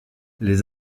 les